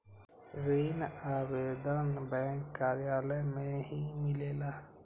ऋण आवेदन बैंक कार्यालय मे ही मिलेला?